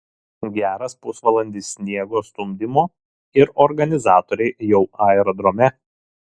geras pusvalandis sniego stumdymo ir organizatoriai jau aerodrome